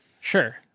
Sure